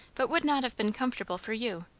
but would not have been comfortable for you.